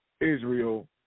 Israel